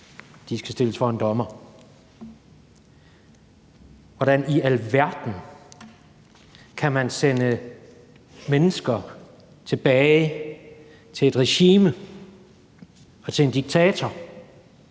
skal stilles for en dommer. Hvordan i alverden kan man sende mennesker tilbage til et regime og en diktator,